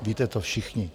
Víte to všichni.